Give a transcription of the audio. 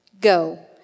Go